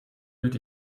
wird